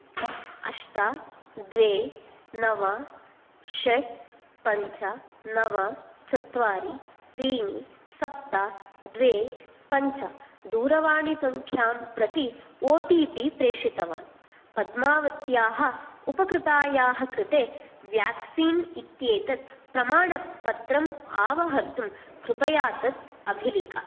अष्ट द्वे नव षट् पञ्च नव चत्वारि त्रीणि सप्त द्वे पञ्च दूरवाणीसङ्ख्यां प्रति ओ टि पि प्रेषितवान् पद्मावत्याः उपकृतायाः कृते व्याक्सीन् इत्येतत् प्रमाणपत्रम् आवहर्तुं कृपया तत् अभिलिख